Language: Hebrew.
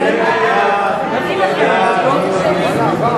ההצעה להסיר מסדר-היום את הצעת חוק דיור סוציאלי בפריפריה,